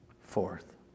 Fourth